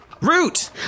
Root